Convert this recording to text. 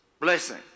blessing